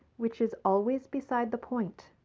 which is always beside the point.